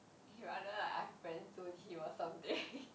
he rather like I friend zone him or something